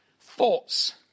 thoughts